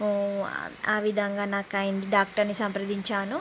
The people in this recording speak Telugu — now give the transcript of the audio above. ఆ విధంగా నాకు అయింది డాక్టర్ని సంప్రదించాను